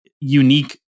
unique